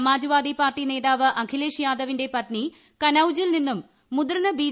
സമാജ് വാദി party നേതാവ് അഖിലേഷ് യാദവിന്റെ പത്നി കനൌജിൽ നിന്നും മുതിർന്ന ബി